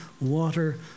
water